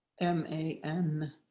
M-A-N